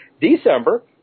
December